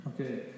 Okay